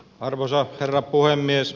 arvoisa herra puhemies